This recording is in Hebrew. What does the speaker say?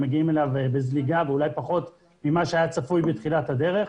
ומגיעים אליו בזליגה ואולי פחות ממה שהיה צפוי בתחילת הדרך,